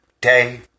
day